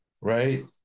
right